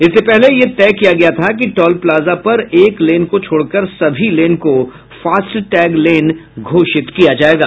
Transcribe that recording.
इससे पहले यह तय किया गया था कि टोल प्लाजा पर एक लेन को छोड़कर सभी लेन को फास्टैग लेन घोषित किया जाएगा